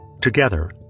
Together